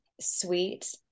sweet